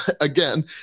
again